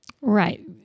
Right